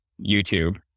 YouTube